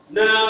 Now